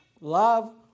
Love